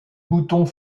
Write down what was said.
boutons